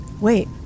Wait